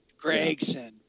Gregson